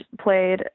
played